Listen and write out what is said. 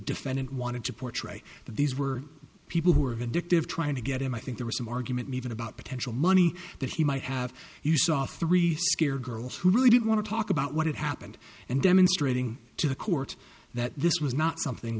defendant wanted to portray that these were people who were vindictive trying to get him i think there was some argument made in about potential money that he might have you saw three scared girls who really did want to talk about what had happened and demonstrating to the court that this was not something